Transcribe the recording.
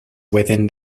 within